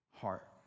heart